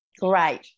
Great